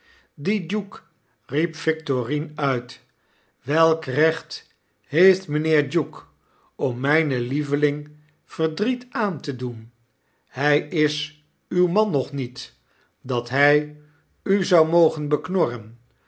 riep victorine uit welk recht heeft mijnheer duke ora myne lieveling verdriet aan te doen p hy is uw man nog niet dat hy u zou mogen beknorren